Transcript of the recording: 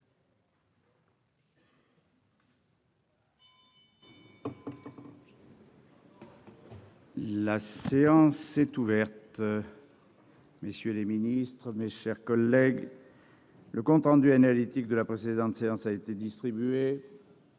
La séance est ouverte, messieurs les ministres, mes chers collègues, le compte rendu analytique de la précédente séance a été.